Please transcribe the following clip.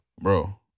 bro